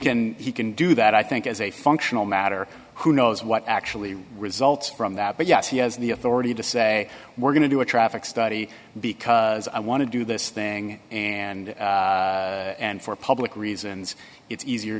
can he can do that i think as a functional matter who knows what actually results from that but yes he has the authority to say we're going to do a traffic study because i want to do this thing and and for public reasons it's easier